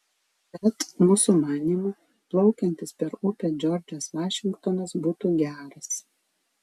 bet mūsų manymu plaukiantis per upę džordžas vašingtonas būtų geras